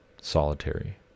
solitary